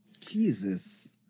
Jesus